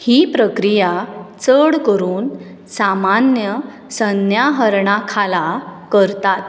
ही प्रक्रिया चड करून सामान्य संज्ञाहरणा खाला करतात